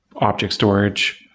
object storage,